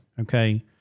okay